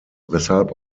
weshalb